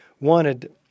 wanted